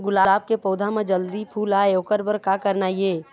गुलाब के पौधा म जल्दी फूल आय ओकर बर का करना ये?